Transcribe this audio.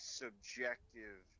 subjective